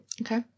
Okay